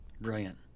Brilliant